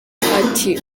ati